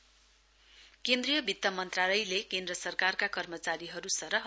IT exemption केन्द्रीय वित्त मन्त्रालयले केन्द्र सरकारका कर्मचारीहरु सरह